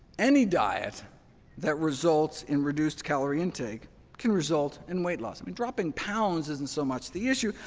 any diet that results in reduced calorie intake can result in weight loss. i mean dropping pounds isn't so much the issue.